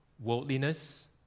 worldliness